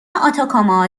آتاکاما